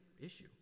issue